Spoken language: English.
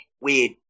weird